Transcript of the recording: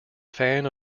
fan